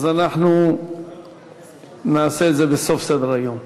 אנחנו נעשה את זה בסוף סדר-היום.